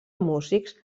músics